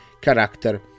character